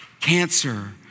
cancer